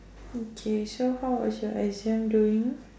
okay so how was your exam doing